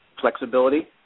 Flexibility